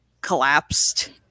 collapsed